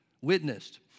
witnessed